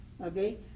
Okay